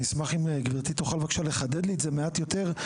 אני אשמח אם גבירתי תוכל בבקשה לחדד לי את זה מעט יותר,